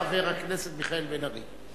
חבר הכנסת מיכאל בן-ארי.